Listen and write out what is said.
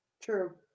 true